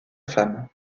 femme